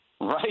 Right